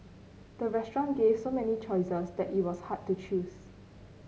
the restaurant gave so many choices that it was hard to choose